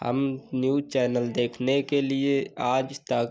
हम news channel देखने के लिए आज तक